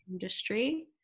industry